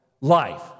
Life